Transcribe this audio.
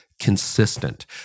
consistent